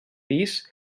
pis